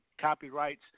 copyrights